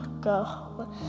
go